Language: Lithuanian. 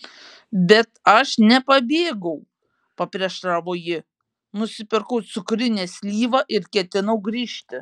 bet aš nepabėgau paprieštaravo ji nusipirkau cukrinę slyvą ir ketinau grįžti